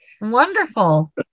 Wonderful